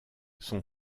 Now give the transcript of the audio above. son